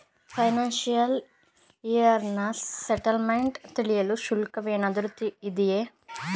Financial year ನ statement ತಿಳಿಯಲು ಶುಲ್ಕವೇನಾದರೂ ಇದೆಯೇ?